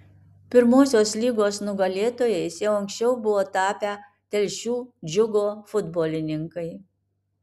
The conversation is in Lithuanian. pirmosios lygos nugalėtojais jau anksčiau buvo tapę telšių džiugo futbolininkai